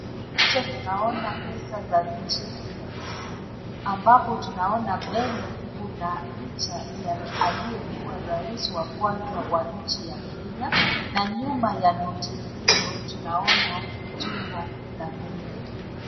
Picha tunaona pesa za nchi ya Kenya, ambapo tunaona mbele kuna picha ya aliyekuwa rais wa kwanza wa nchi ya Kenya. Na nyuma ya noti hiyo tunaona jumba la bunge.